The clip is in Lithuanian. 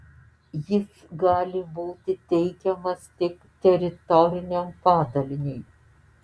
jis gali būti teikiamas tik teritoriniam padaliniui